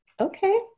Okay